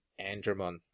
Andromon